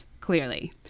Clearly